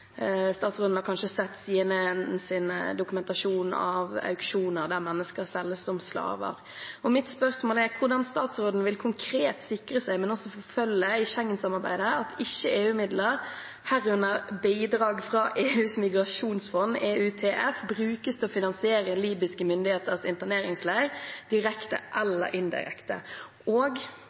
Statsråden har kanskje sett CNNs dokumentasjon av auksjoner der mennesker selges som slaver. Mitt spørsmål er hvordan statsråden konkret vil sikre seg, men også forfølge i Schengen-samarbeidet, at EU-midler, herunder bidrag fra EUs migrasjonsfond, EUTF, ikke brukes til å finansiere libyske myndigheters interneringsleir direkte eller indirekte – og